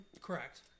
Correct